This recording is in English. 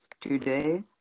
today